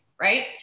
right